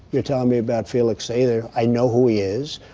you're telling me about felix sater. i know who he is.